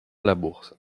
labourse